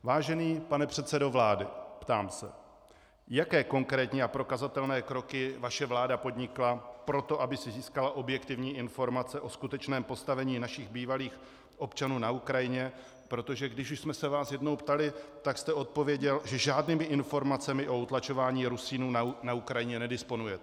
Vážený pane předsedo vlády, ptám se, jaké konkrétní a prokazatelné kroky vaše vláda podnikla pro to, aby si získala objektivní informace o skutečném postavení našich bývalých občanů na Ukrajině, protože když už jsme se vás jednou ptali, tak jste odpověděl, že žádnými informacemi o utlačování Rusínů na Ukrajině nedisponujete.